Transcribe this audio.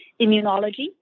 immunology